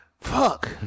Fuck